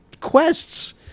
quests